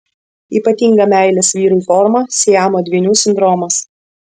ypatinga meilės vyrui forma siamo dvynių sindromas